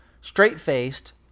straight-faced